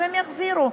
הן יחזירו.